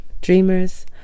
Dreamers